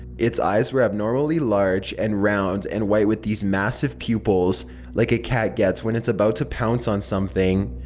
it's eyes were abnormally large and round and white with these massive pupils like a cat gets when it's about to pounce on something.